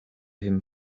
him